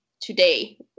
today